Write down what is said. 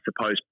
suppose